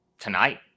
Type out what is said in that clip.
tonight